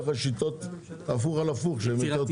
לך שיטות הפוך על הפוך שהן יותר טובות.